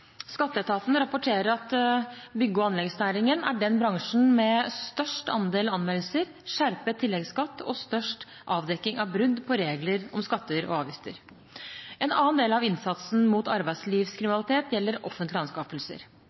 Skatteetaten rapporterer at bygge- og anleggsnæringen er den bransjen med størst andel anmeldelser, skjerpet tilleggsskatt og størst avdekking av brudd på regler om skatter og avgifter. En annen del av innsatsen mot arbeidslivskriminalitet gjelder offentlige anskaffelser.